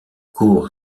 court